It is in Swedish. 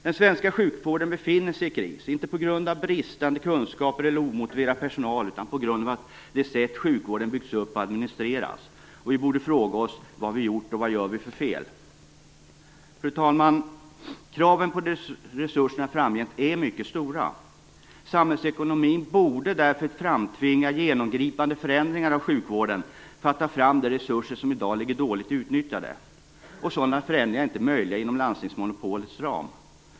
Den svenska sjukvården befinner sig i kris, inte på grund av bristande kunskaper eller omotiverad personal utan på grund av det sätt sjukvården byggts upp och administreras. Vi borde fråga oss: Vad har vi gjort och vad gör vi för fel? Fru talman! Kraven på resurser framgent är mycket stora. Samhällsekonomin borde därför framtvinga genomgripande förändringar av sjukvården för att ta fram de resurser som i dag ligger dåligt utnyttjade. Sådana förändringar är inte möjliga inom landstingsmonopolets ram.